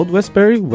Westbury